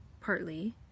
partly